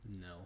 No